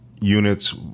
units